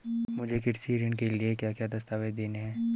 मुझे कृषि ऋण के लिए क्या क्या दस्तावेज़ देने हैं?